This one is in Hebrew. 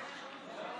שלוש דקות